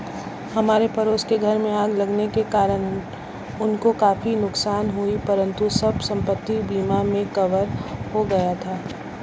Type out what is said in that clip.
हमारे पड़ोस के घर में आग लगने के कारण उनको काफी नुकसान हुआ परंतु सब संपत्ति बीमा में कवर हो गया था